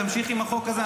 תמשיך עם החוק הזה,